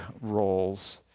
roles